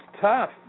tough